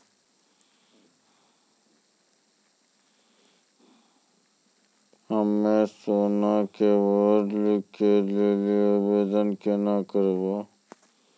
हम्मे सोना के बॉन्ड के लेली आवेदन केना करबै?